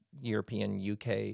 European-UK